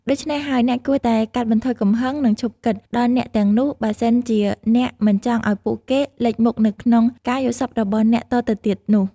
ដូច្នេះហើយ អ្នកគួរតែកាត់បន្ថយកំហឹង និងឈប់គិត ដល់អ្នកទាំងនោះ បើសិនជាអ្នក មិនចង់ឲ្យពួកគេ លេចមុខនៅក្នុង ការយល់សប្តិរបស់អ្នកតទៅទៀតនោះ។